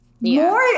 More